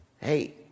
Hey